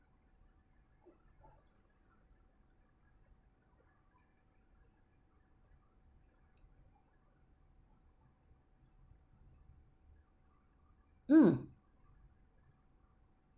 mm